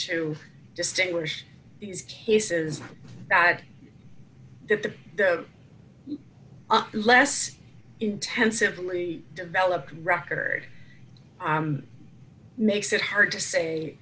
to distinguish these cases that the less intensively developed record makes it hard to say